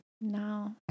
No